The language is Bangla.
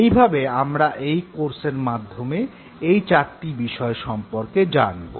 এইভাবে আমরা এই কোর্সের মাধ্যমে এই চারটে বিষয় সম্পর্কে জানব